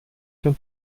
den